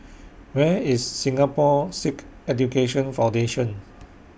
Where IS Singapore Sikh Education Foundation